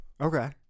Okay